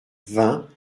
vingt